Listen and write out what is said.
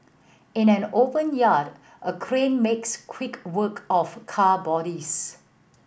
in an open yard a crane makes quick work of car bodies